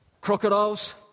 Crocodiles